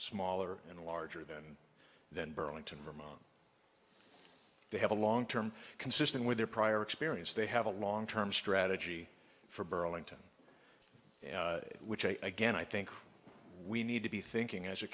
smaller and larger than then burlington vermont they have a long term consistent with their prior experience they have a long term strategy for burlington which again i think we need to be thinking as a